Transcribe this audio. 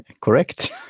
correct